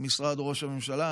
במשרד ראש הממשלה.